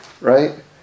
right